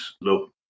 look